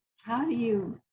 how do you,